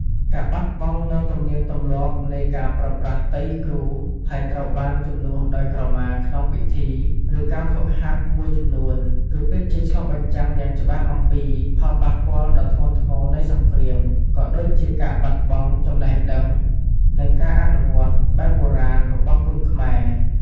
ការបាត់បង់នូវ ទំនៀមទម្លាប់នៃការប្រើប្រាស់ ទៃគ្រូ ហើយត្រូវបានជំនួសដោយ ក្រមា ក្នុងពិធី ឬការហ្វឹកហាត់មួយចំនួន គឺពិតជាឆ្លុះបញ្ចាំងយ៉ាងច្បាស់អំពី ផលប៉ះពាល់ដ៏ធ្ងន់ធ្ងរនៃសង្គ្រាម ក៏ដូចជា ការបាត់បង់ចំណេះដឹង និងការអនុវត្តបែបបុរាណ របស់គុនខ្មែរ។